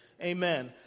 Amen